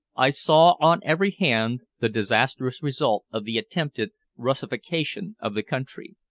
i saw on every hand the disastrous result of the attempted russification of the country.